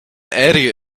area